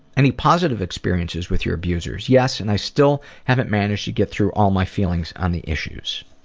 any positive experiences with your abusers yes and i still haven't managed to get through all my feelings on the issues.